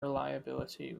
reliability